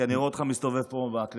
כי אני רואה אותך מסתובב פה בכנסת.